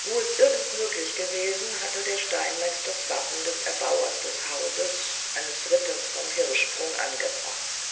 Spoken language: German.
wo es irgend möglich gewesen hatte der steinmetz das wappen des erbauers des hauses eines ritters von hirschsprung angebracht